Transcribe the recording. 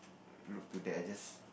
look to there I just